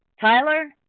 Tyler